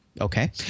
okay